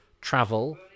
travel